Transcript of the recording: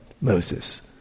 Moses